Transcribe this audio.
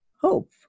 hope